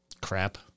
crap